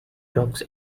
drugs